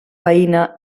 veïna